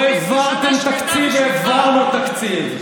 לא העברתם תקציב, העברנו תקציב.